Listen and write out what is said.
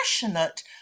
passionate